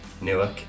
Newark